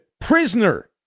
Prisoner